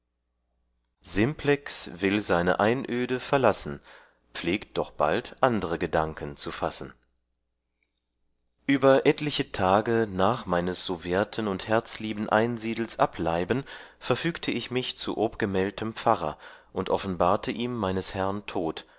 simplex will seine einöde verlassen pflegt doch bald andre gedanken zu fassen über etliche tage nach meines so werten und herzlieben einsiedels ableiben verfügte ich mich zu